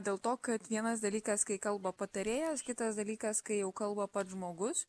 dėl to kad vienas dalykas kai kalba patarėjas kitas dalykas kai jau kalba pats žmogus